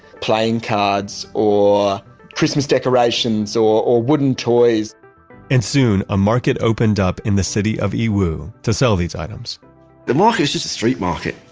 playing cards or christmas decorations or wooden toys and soon a market opened up, in the city of yiwu, to sell these items the market is just a street market.